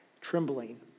trembling